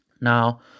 Now